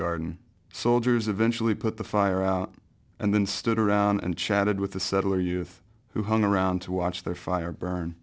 garden soldiers eventually put the fire and then stood around and chatted with the settler youth who hung around to watch their fire burn